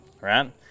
right